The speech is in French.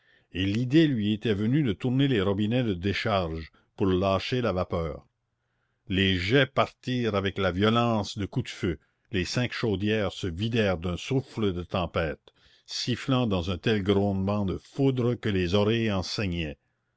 et l'idée lui était venue de tourner les robinets de décharge pour lâcher la vapeur les jets partirent avec la violence de coups de feu les cinq chaudières se vidèrent d'un souffle de tempête sifflant dans un tel grondement de foudre que les oreilles